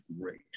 great